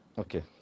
Okay